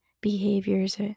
behaviors